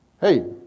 hey